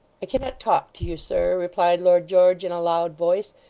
i cannot talk to you, sir replied lord george in a loud voice,